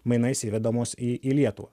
mainais įvedamos į į lietuvą